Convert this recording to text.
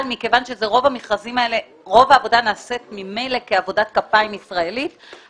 אבל מכיוון שרוב העבודה נעשית ממילא כעבודת כפיים ישראלית,